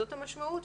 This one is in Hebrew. זאת המשמעות?